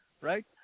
right